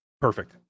Perfect